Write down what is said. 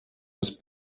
was